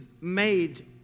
made